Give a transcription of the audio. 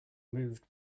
moved